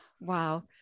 Wow